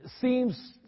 seems